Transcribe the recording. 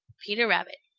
peter rabbit.